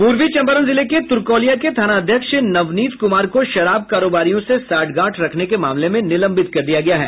पूर्वी चंपारण जिले के तुरकौलिया के थानाध्यक्ष नवनीत कुमार को शराब कारोबारियों से सांठगाठ रखने के मामले में निलंबित कर दिया गया है